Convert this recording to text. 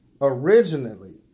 originally